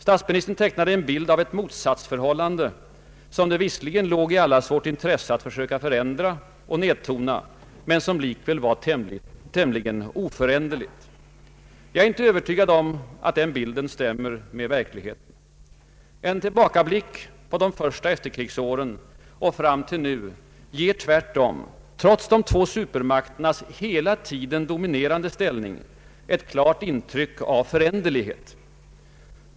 Statsministern tecknade en bild av ett motsatsförhållande, som det visserligen låg i allas vårt intresse att försöka förändra och nedtona men som likväl var tämligen oföränderligt. Jag är inte övertygad om att den bilden stämmer med verkligheten. En tillbakablick på de första efterkrigsåren och fram till nu ger tvärtom, trots de två supermakternas hela tiden dominerande ställning, ett klart intryck av föränderlighet.